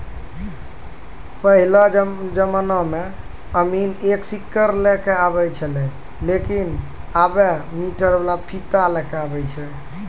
पहेलो जमाना मॅ अमीन एक सीकड़ लै क आबै छेलै लेकिन आबॅ मीटर वाला फीता लै कॅ आबै छै